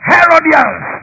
Herodians